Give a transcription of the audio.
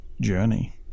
journey